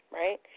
right